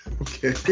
Okay